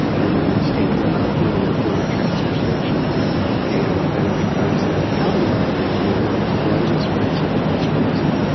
and that means taking them out to a landfill or transfer station and then it becomes a county liability and they're quite expensive to dispose of.